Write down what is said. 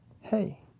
hey